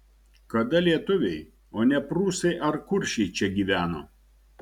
kada lietuviai o ne prūsai ar kuršiai čia gyveno